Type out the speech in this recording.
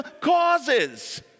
causes